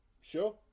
Sure